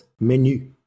menu